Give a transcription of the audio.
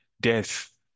death